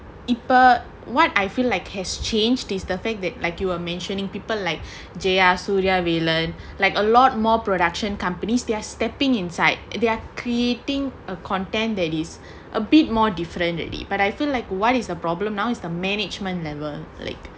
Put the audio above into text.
what I feel like has changed is the thing that like you were mentioning people like J_R suria velan like a lot more production companies they're stepping inside they are creating a content that is a bit more differently but I feel like what is a problem now is the management level league